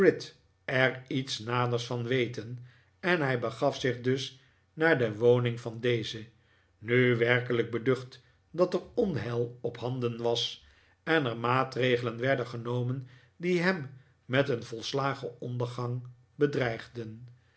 er iets naders van weten en hij begaf zich dus naar de woning van dezen nu werkelijk beducht dat er onheil ophanden was en er maatregelen werden genomen die hem met een volslagen ondergang bedreigden